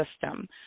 system